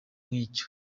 nk’icyo